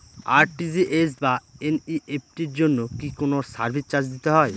RTGS বা NEFT এর জন্য কি কোনো সার্ভিস চার্জ দিতে হয়?